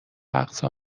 اقصا